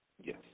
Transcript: Yes